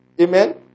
Amen